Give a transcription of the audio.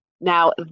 Now